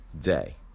day